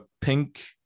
pink